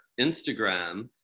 instagram